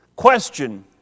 Question